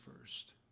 first